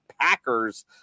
Packers